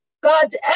God's